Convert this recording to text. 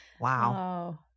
Wow